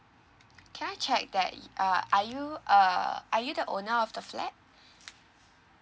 can I check that you uh are you err are you the owner of the flat